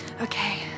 Okay